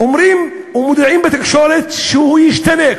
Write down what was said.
אומרים ומודיעים בתקשורת שהוא ישתנה,